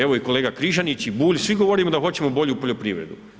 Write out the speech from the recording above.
Evo, i kolega Križanić i Bulj, svi govorimo da hoćemo bolju poljoprivredu.